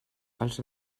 els